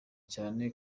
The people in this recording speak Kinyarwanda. cyane